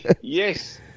Yes